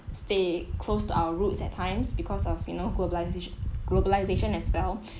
stay close to our roots at times because of you know globalisation globalisation as well